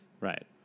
Right